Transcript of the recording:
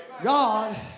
God